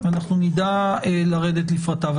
אנחנו נדע לרדת לפרטיו.